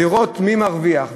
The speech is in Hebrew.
לראות מי מרוויח,